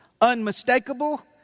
Unmistakable